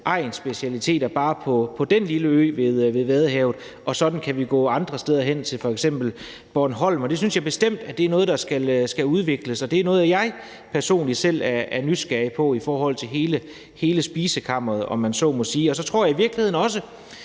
egnsspecialiteter bare på den lille ø ved Vadehavet, og sådan kan vi også gå andre steder hen, f.eks. til Bornholm. Det synes jeg bestemt er noget, der skal udvikles, og det er noget, jeg personligt er nysgerrig på i forhold til hele spisekammeret, om jeg så må sige. Så tror jeg i virkeligheden også,